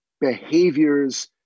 behaviors